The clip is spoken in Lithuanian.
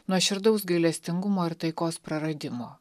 nuoširdaus gailestingumo ir taikos praradimo